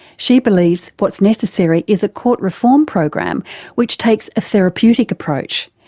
she believes what's necessary is a court reform program which takes a therapeutic approach,